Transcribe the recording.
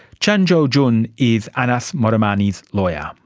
chan jo jun is anas modamani's lawyer.